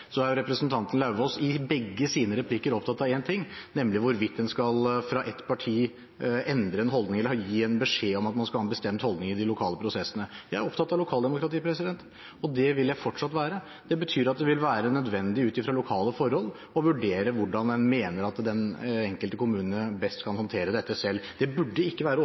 er representanten Lauvås i begge sine replikker opptatt av én ting, nemlig hvorvidt man fra ett parti skal endre en holdning eller gi beskjed om at man skal ha en bestemt holdning i de lokale prosessene. Jeg er opptatt av lokaldemokrati, og det vil jeg fortsatt være. Det betyr at det vil være nødvendig ut ifra lokale forhold å vurdere hvordan man mener den enkelte kommune best kan håndtere dette selv. Det burde ikke være